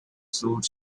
suits